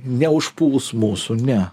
neužpūs mūsų ne